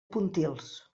pontils